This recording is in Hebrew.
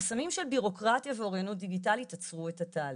פנה וחסמים של בירוקרטיה ואוריינות דיגיטלית עצרו את התהליך.